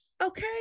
Okay